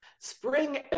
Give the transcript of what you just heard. Spring